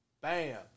Bam